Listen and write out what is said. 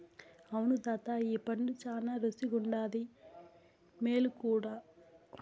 అవును తాతా ఈ పండు శానా రుసిగుండాది, మేలు కూడా